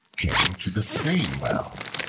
came to the same well,